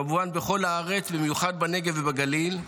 כמובן בכל הארץ ובמיוחד בנגב ובגליל,